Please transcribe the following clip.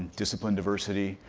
discipline diversity,